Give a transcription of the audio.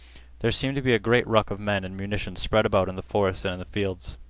there seemed to be a great ruck of men and munitions spread about in the forest and in the fields.